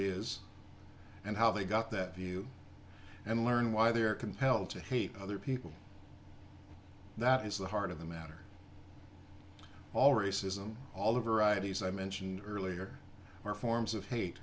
is and how they got that view and learn why they are compelled to hate other people that is the heart of the matter all racism all over id as i mentioned earlier are forms of hate